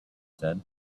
said